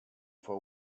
for